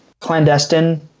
clandestine